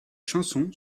chansons